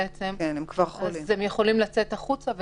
הם כן יכולים לצאת החוצה ולהסתובב.